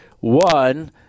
one